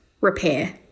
repair